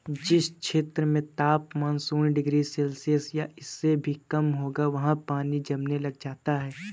जिस क्षेत्र में तापमान शून्य डिग्री सेल्सियस या इससे भी कम होगा वहाँ पानी जमने लग जाता है